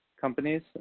companies